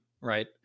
right